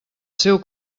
seu